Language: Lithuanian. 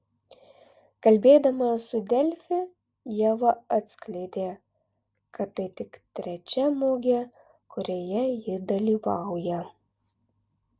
kalbėdama su delfi ieva atskleidė kad tai tik trečia mugė kurioje ji dalyvauja